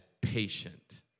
patient